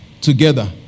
together